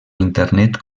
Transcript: internet